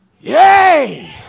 yay